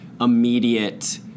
immediate